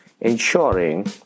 ensuring